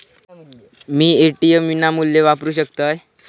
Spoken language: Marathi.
मी ए.टी.एम विनामूल्य वापरू शकतय?